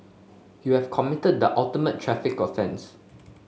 you have committed the ultimate traffic offence